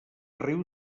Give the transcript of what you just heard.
riu